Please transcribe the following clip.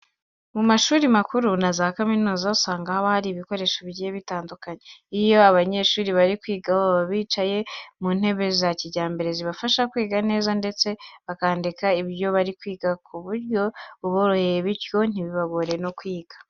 Mu mashuri makuru na za kaminuza, usanga haba hari ibikoresho bigiye bitandukanye. Iyo abanyeshuri bari kwiga baba bicaye mu ntebe za kijyambere zibafasha kwiga neza ndetse bakanandika ibyo bari kwiga ku buryo buboroheye bityo ntibagorwe no kwiga.